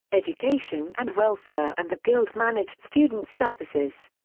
education and welfare and the guild managed student services.